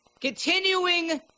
Continuing